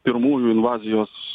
pirmųjų invazijos